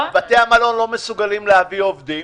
בתי המלון לא מסוגלים להביא עובדים.